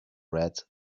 red